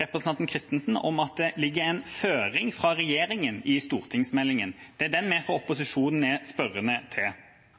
representanten Kristensen om at det ligger en føring fra regjeringa i stortingsmeldinga. Det er den vi fra opposisjonen er spørrende til.